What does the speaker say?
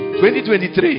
2023